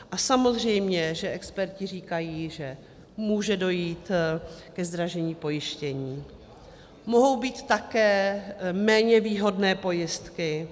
A samozřejmě že experti říkají, že může dojít ke zdražení pojištění, mohou být také méně výhodné pojistky.